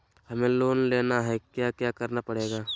हमें लोन लेना है क्या क्या करना पड़ेगा?